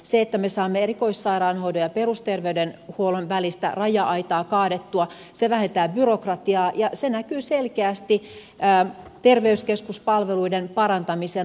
se että me saamme erikoissairaanhoidon ja perusterveydenhuollon välistä raja aitaa kaadettua vähentää byrokratiaa ja se näkyy selkeästi terveyskeskuspalveluiden parantamisena